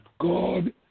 God